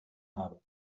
habe